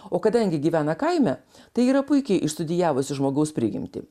o kadangi gyvena kaime tai yra puikiai išstudijavusi žmogaus prigimtį